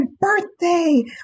birthday